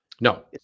No